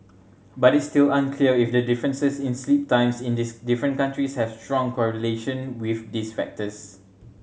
but it's still unclear if the differences in sleep times in different countries have strong correlation with these factors